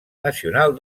nacional